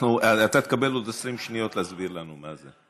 אתה תקבל עוד 20 שניות להסביר לנו מה זה.